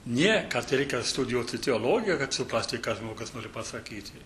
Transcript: ne kad reikia studijuoti teologiją kad suprasti ką žmogus nori pasakyti